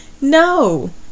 No